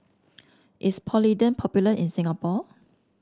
is Polident popular in Singapore